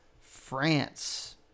France